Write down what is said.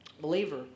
believer